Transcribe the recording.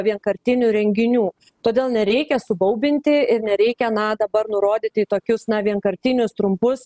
vienkartinių renginių todėl nereikia subaubinti ir nereikia na dabar nurodyti į tokius vienkartinius trumpus